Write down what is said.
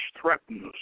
threatens